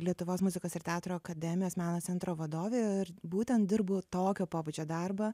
lietuvos muzikos ir teatro akademijos meno centro vadovė ir būtent dirbu tokio pobūdžio darbą